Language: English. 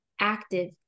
Active